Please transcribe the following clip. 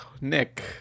Nick